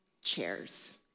chairs